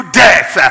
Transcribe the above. death